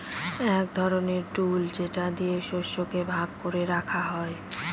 এক ধরনের টুল যেটা দিয়ে শস্যকে ভাগ করে রাখা হয়